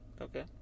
Okay